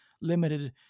limited